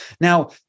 Now